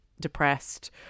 depressed